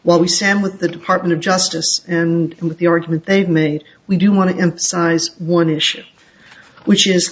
what we sam with the department of justice and with the argument they've made we do want to emphasize one issue which is